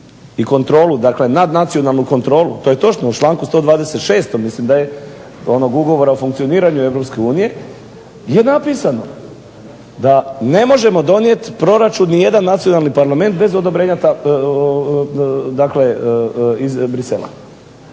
i kontrolu, dakle nadnacionalnu kontrolu. To je točno. U članku 126. mislim da je onog ugovora o funkcioniranju Europske unije je napisano da ne možemo donijeti proračun ni jedan nacionalni parlament bez odobrenja iz Bruxella.